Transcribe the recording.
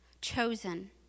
chosen